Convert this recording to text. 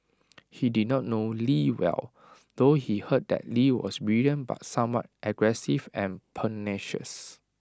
he did not know lee well though he heard that lee was brilliant but somewhat aggressive and pugnacious